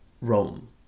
Rome